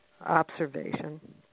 observation